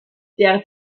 der